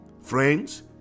Friends